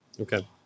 Okay